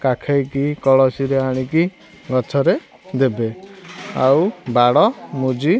କାଖେଇକି କଳସୀରେ ଆଣିକି ଗଛରେ ଦେବେ ଆଉ ବାଡ଼ ବୁଜି